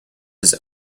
his